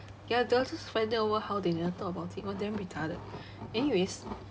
ya they were just fighting over how they never talk about it it was damn retarded anyways